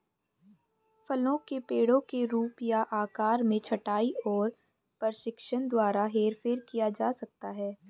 फलों के पेड़ों के रूप या आकार में छंटाई और प्रशिक्षण द्वारा हेरफेर किया जा सकता है